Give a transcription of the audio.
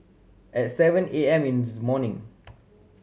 at seven A M in this morning